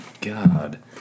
God